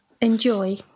enjoy